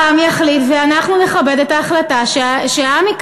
העם יחליט, ואנחנו נכבד את ההחלטה של העם.